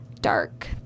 dark